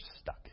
stuck